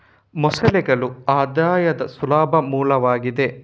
ಮೊಸಳೆಗಳು ಆದಾಯದ ಸುಲಭ ಮೂಲವಾಗಿದೆ